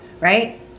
right